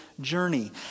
journey